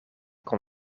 kon